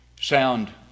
sound